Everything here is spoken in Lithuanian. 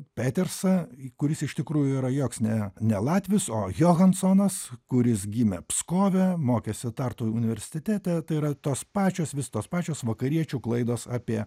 petersą kuris iš tikrųjų yra joks ne ne latvis o johansonas kuris gimė pskove mokėsi tartu universitete tai yra tos pačios vis tos pačios vakariečių klaidos apie